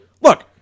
Look